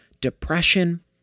depression